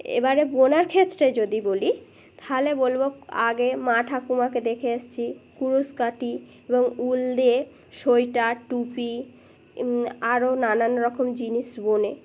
এবারে বোনার ক্ষেত্রে যদি বলি তাহলে বলবো আগে মা ঠাকুমাকে দেখে এসছি কুরুস কাটি এবং উল দিয়ে সোয়েটার টুপি আরও নানান রকম জিনিস বোনে